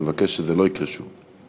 אני מבקש שזה לא יקרה שוב.